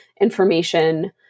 information